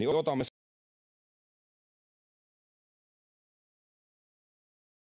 se